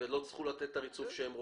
תצטרכו לתת את הריצוף שהם רוצים.